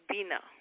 Bina